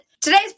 Today's